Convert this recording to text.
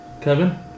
kevin